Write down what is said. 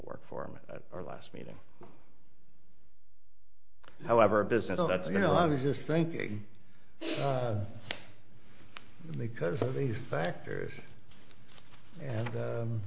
work for him and our last meeting however business that's you know i was just thinking because of these factors and